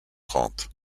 trente